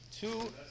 two